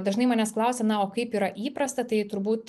dažnai manęs klausia na o kaip yra įprasta tai turbūt